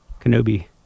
Kenobi